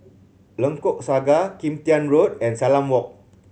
Lengkok Saga Kim Tian Road and Salam Walk